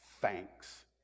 thanks